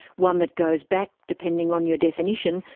one that goes back, depending on your definition,